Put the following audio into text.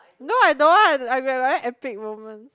no I don't want I got very epic moment